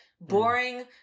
boring